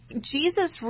Jesus